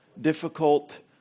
difficult